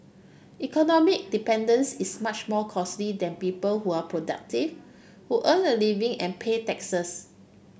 economic dependence is much more costly than people who are productive who earn a living and pay taxes